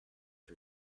her